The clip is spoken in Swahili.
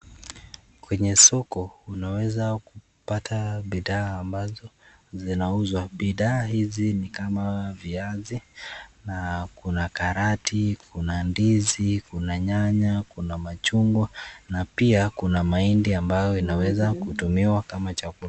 Kwenye soko unaweza kupata bidhaa ambazo zinauzwa. Bidhaa hizi ni kama viazi, na kuna karati, kuna ndizi, kuna nyanya, kuna machungwa na pia kuna mahindi ambayo inaweza kutumiwa kama chakula.